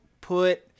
put